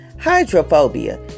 Hydrophobia